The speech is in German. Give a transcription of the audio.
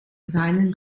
seinen